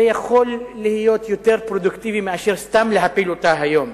זה יכול להיות יותר פרודוקטיבי מאשר סתם להפיל אותה היום.